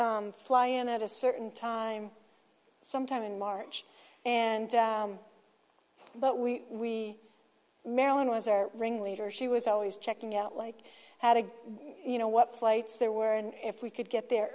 fly in at a certain time sometime in march and but we marilyn was our ring leader she was always checking out like how to you know what flights there were and if we could get there